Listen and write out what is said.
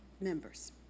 members